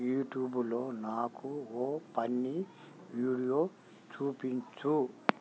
యూట్యూబ్లో నాకు ఓ ఫన్నీ వీడియో చూపించు